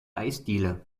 eisdiele